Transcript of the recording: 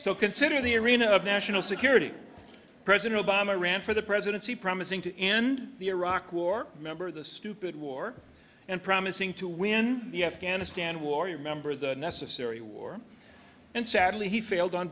so consider the arena of national security president obama ran for the presidency promising to end the iraq war remember the stupid war and promising to win the afghanistan war you remember the necessary war and sadly he failed on